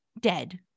dead